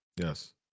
yes